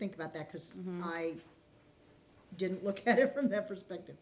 think about that because i didn't look at it from the perspective